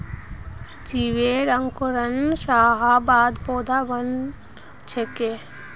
बीजेर अंकुरण हबार बाद पौधा बन छेक